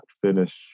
finish